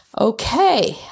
okay